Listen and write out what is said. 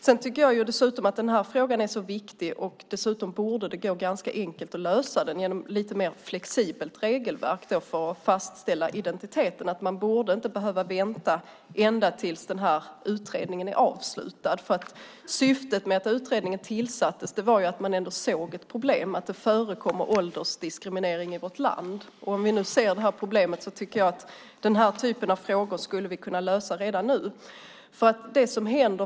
Jag tycker att frågan är mycket viktig. Dessutom borde det gå ganska enkelt att lösa den genom ett lite flexiblare regelverk för att fastställa identiteten. Man borde inte behöva vänta ända tills utredningen är avslutad. Anledningen till att utredningen tillsattes var att man såg ett problem: Det förekommer åldersdiskriminering i vårt land. Om vi nu ser det här problemet tycker jag att vi skulle kunna lösa den här typen av frågor redan nu.